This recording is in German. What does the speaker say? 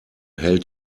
hält